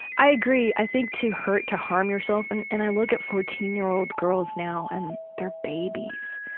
i agree. i think to hurt, to harm yourself and and i look at fourteen year old girls now and they're babies.